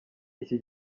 iki